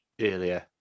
earlier